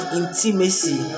intimacy